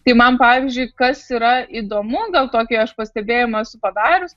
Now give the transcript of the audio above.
tai man pavyzdžiui kas yra įdomu gal tokį aš pastebėjimą esu padarius